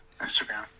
Instagram